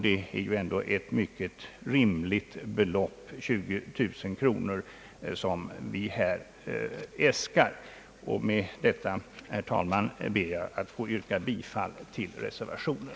Det är ju ändå ett ytterst rimligt belopp — 20 000 kronor — som vi här äskar. Med det sagda ber jag, herr talman, att få yrka bifall till reservationen.